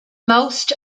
most